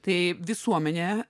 tai visuomenė